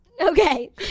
Okay